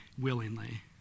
willingly